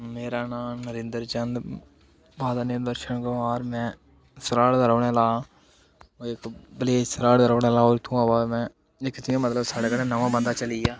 मेरा नांऽ Narendra Chand father name Darshan Kumar में सराढ़ दा रौह्ने आह्ला आं में विलेज सराढ़ दा रौह्ने आह्ला आं और उत्थुआं बाद में इक चीज मतलब साढ़े कन्नै नमां बंदा चली आ